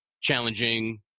challenging